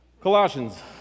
Colossians